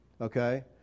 okay